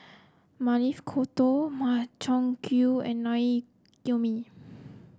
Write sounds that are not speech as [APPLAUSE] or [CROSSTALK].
Maili Kofta Makchang Gui and Naengmyeon [NOISE]